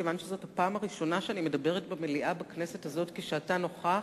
מכיוון שזאת הפעם הראשונה שאני מדברת במליאה בכנסת הזאת כשאתה נוכח,